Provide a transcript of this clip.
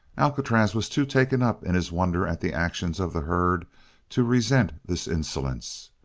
alcatraz was too taken up in his wonder at the actions of the herd to resent this insolence.